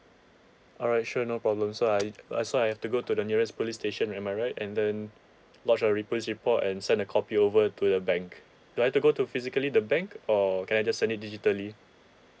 alright sure no problem so I uh so I have to go to the nearest police station am I right and then lodge a re~ police report and send a copy over to the bank do I to go to physically the bank or can I just send it digitally